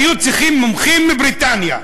היו צריכים מומחים מבריטניה,